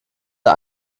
der